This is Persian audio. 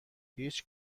هیچ